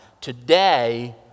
Today